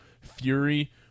Fury